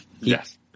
Yes